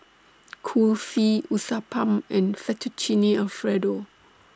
Kulfi Uthapam and Fettuccine Alfredo